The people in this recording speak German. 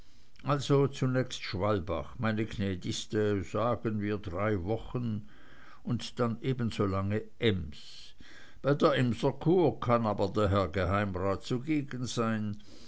also zunächst schwalbach meine gnädigste sagen wir drei wochen und dann ebensolange ems bei der emser kur kann aber der geheimrat zugegen sein